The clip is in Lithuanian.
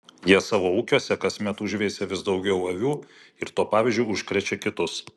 jie savo ūkiuose kasmet užveisia vis daugiau avių ir tuo pavyzdžiu užkrečia kitus